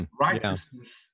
righteousness